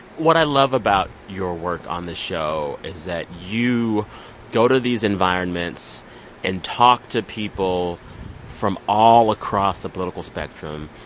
what i love about your work on this show is that you go to these environments and talk to people from all across the political spectrum,